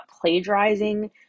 plagiarizing